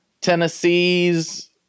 Tennessee's